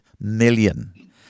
million